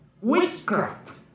witchcraft